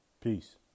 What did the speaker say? Peace